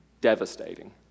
devastating